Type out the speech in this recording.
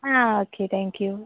ആ okay thank U